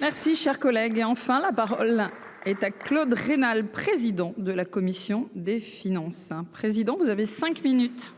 Merci, cher collègue, et enfin la parole est à Claude Raynal, président de la commission des finances, un président, vous avez 5 minutes.